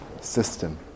system